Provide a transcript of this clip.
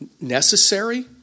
Necessary